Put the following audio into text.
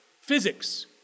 physics